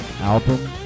album